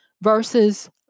versus